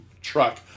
truck